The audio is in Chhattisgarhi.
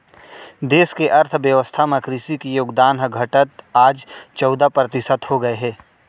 देस के अर्थ बेवस्था म कृसि के योगदान ह घटत आज चउदा परतिसत हो गए हे